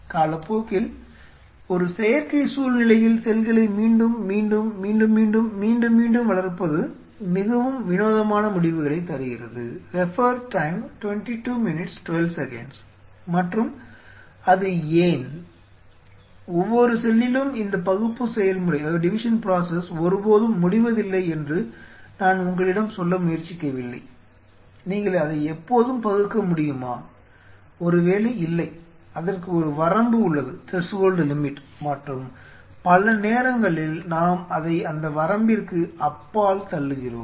காலப்போக்கில் ஒரு செயற்கை சூழ்நிலையில் செல்களை மீண்டும் மீண்டும் மீண்டும் மீண்டும் மீண்டும் மீண்டும் வளர்ப்பது மிகவும் வினோதமான முடிவுகளைத் தருகிறது உள்ளது மற்றும் பல நேரங்களில் நாம் அதை அந்த வரம்பிற்கு அப்பால் தள்ளுகிறோம்